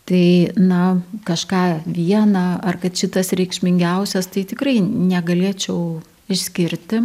tai na kažką vieną ar kad šitas reikšmingiausias tai tikrai negalėčiau išskirti